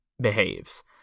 behaves